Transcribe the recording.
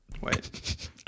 Wait